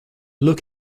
look